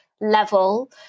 level